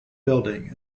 building